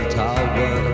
tower